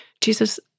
Jesus